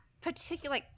particular